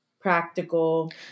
practical